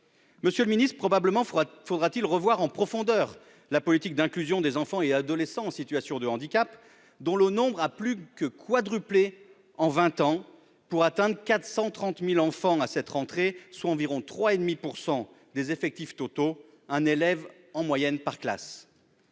Monsieur le ministre, probablement faudra-t-il revoir en profondeur la politique d'inclusion des enfants et adolescents en situation de handicap, dont le nombre a plus que quadruplé en vingt ans, pour atteindre 430 000 enfants à cette rentrée, soit environ 3,5 % des effectifs totaux, soit un élève en moyenne par classe